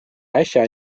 äsja